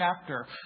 chapter